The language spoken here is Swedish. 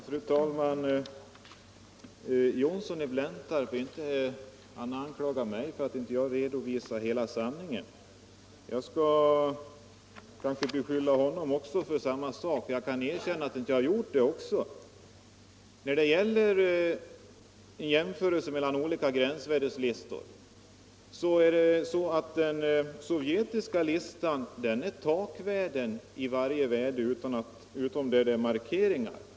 Fru talman! Herr Johnsson i Blentarp anklagar mig för att jag inte skulle ha redovisat hela sanningen. Jag kan erkänna att jag inte har gjort det, men jag vill samtidigt beskylla honom för samma sak. Vid en jämförelse mellan olika gränsvärdeslistor bör man komma ihåg att varje värde i den sovjetiska listan är ett takvärde — utom på de, mycket få, ställen där det är markeringar.